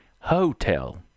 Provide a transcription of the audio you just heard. hotel